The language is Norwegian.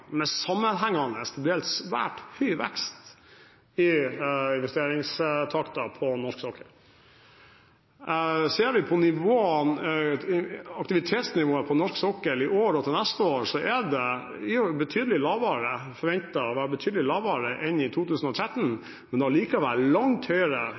med sammenhengende til dels svært høy vekst i investeringstakten på norsk sokkel. Ser vi på aktivitetsnivået på norsk sokkel i år og til neste år, så er det forventet å være betydelig lavere enn i 2013, men allikevel langt høyere